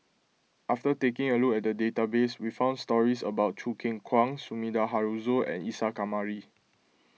after taking a look at the database we found stories about Choo Keng Kwang Sumida Haruzo and Isa Kamari